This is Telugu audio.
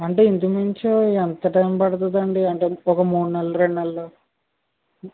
అంటే ఇంచుమించు ఎంత టైం పడతుందండి అంటే ఒక మూడు నాలుగు నెలలు రెండు నెలలు